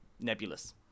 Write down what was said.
nebulous